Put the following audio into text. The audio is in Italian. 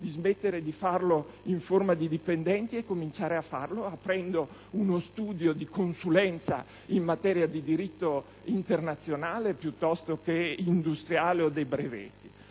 di smettere di farlo in forma di dipendenti e cominciare a farlo aprendo uno studio di consulenza in materia di diritto internazionale, piuttosto che industriale o dei brevetti?